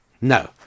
no